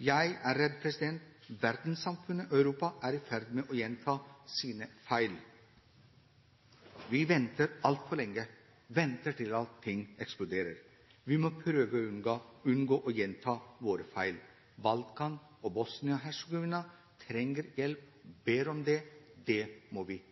Jeg er redd verdenssamfunnet og Europa er i ferd med å gjenta sine feil. Vi venter altfor lenge – venter til allting eksploderer. Vi må prøve å unngå å gjenta våre feil. Balkan, og Bosnia-Hercegovina, trenger hjelp, ber om det. Det må vi